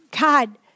God